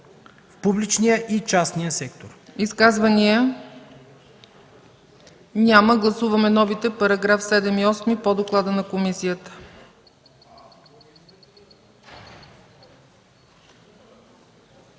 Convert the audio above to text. в публичния и частния сектор”.